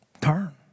Turn